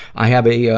i have a, ah,